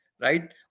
right